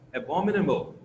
abominable